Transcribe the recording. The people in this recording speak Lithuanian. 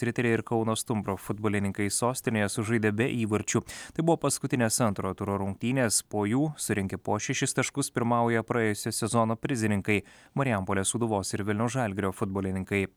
riteriai ir kauno stumbro futbolininkai sostinėje sužaidė be įvarčių tai buvo paskutinės antro turo rungtynės po jų surinkę po šešis taškus pirmauja praėjusio sezono prizininkai marijampolės sūduvos ir vilniaus žalgirio futbolininkai